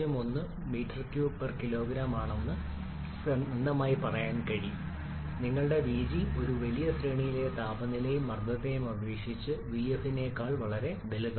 001 മീ 3 കിലോഗ്രാം ആണെന്ന് അന്ധമായി പറയാൻ കഴിയും നിങ്ങളുടെ വിജി ഒരു വലിയ ശ്രേണിയിലെ താപനിലയെയും മർദ്ദത്തെയും അപേക്ഷിച്ച് vf നേക്കാൾ വളരെ വലുതാണ്